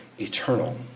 eternal